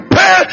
pay